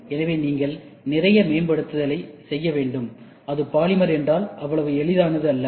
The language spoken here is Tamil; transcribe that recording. எனவே நீங்கள் நிறைய மேம்படுத்துதலை செய்ய வேண்டும் அது பாலிமர் என்றால் அவ்வளவு எளிதானது அல்ல